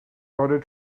order